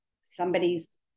somebody's